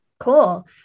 Cool